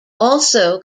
also